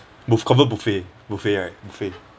buf~ confirm buffet buffet right buffet